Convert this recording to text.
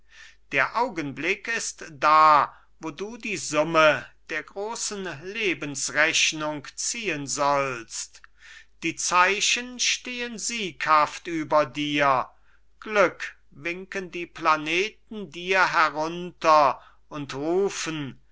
der augenblick ist da wo du die summe der großen lebensrechnung ziehen sollst die zeichen stehen sieghaft über dir glück winken die planeten dir herunter und rufen